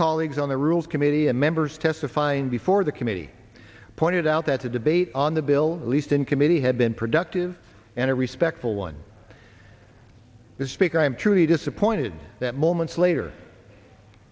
colleagues on the rules committee and members testifying before the committee pointed out that the debate on the bill at least in committee had been productive and a respectful one the speaker i am truly disappointed that moments later